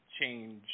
change